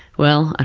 well, and